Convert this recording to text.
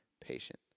patient